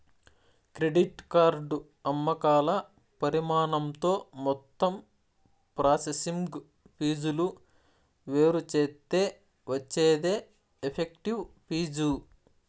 credit card అమ్మకాల పరిమాణంతో మొత్తం ప్రాసెసింగ్ ఫీజులు వేరుచేత్తే వచ్చేదే ఎఫెక్టివ్ ఫీజు